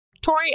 Tori